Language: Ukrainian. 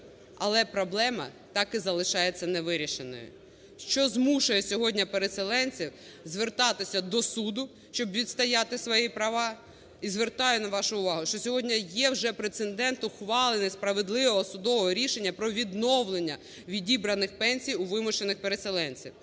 Але проблема так і залишається невирішеною, що змушує сьогодні переселенців звертатися до суду, щоб відстояти свої права. І звертаю вашу увагу, що сьогодні є вже прецедент ухвалення справедливого судового рішення про відновлення відібраних пенсій у вимушених переселенців.